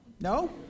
No